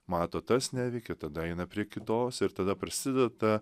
mato tas neveikia tada eina prie kitos ir tada prasideda